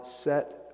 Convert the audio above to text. set